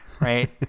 right